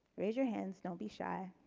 raise your hands don't be shy